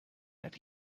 that